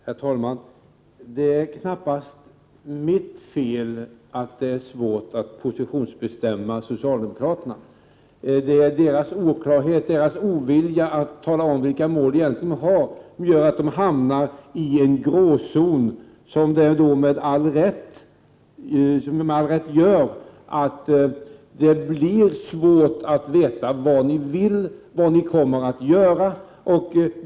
Herr talman! Det är knappast mitt fel att det är svårt att positionsbestämma socialdemokraterna. Deras oklarhet och ovilja att tala om vilka mål de egentligen har gör att de hamnar i en gråzon, som med all rätt leder till att det blir svårt att veta vad de vill och vad de kommer att göra.